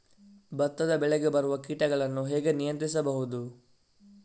ಭತ್ತದ ಬೆಳೆಗೆ ಬರುವ ಕೀಟಗಳನ್ನು ಹೇಗೆ ನಿಯಂತ್ರಿಸಬಹುದು?